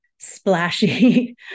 splashy